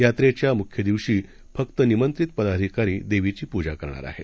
यात्रेच्यामुख्यदिवशीफक्तनिमंत्रितपदाधिकारीदेवीचीपूजाकरणारआहेत